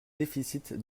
déficits